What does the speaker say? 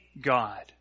God